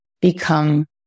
become